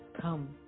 come